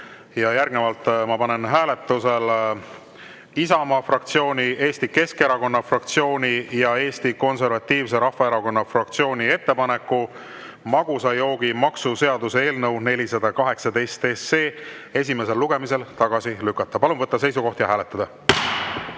on lõppenud. Ma panen hääletusele Isamaa fraktsiooni, Eesti Keskerakonna fraktsiooni ja Eesti Konservatiivse Rahvaerakonna fraktsiooni ettepaneku magusa joogi maksu seaduse eelnõu 418 esimesel lugemisel tagasi lükata. Palun võtta seisukoht ja hääletada!